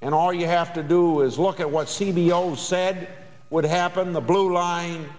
and all you have to do is look at what c b l said what happened in the blue line